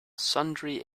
sundry